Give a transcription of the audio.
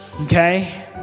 okay